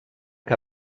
que